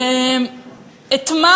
את מה